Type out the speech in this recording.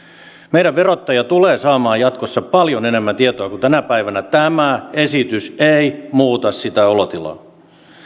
meidän verottaja tulee saamaan jatkossa paljon enemmän tietoa kuin tänä päivänä tämä esitys ei muuta sitä olotilaa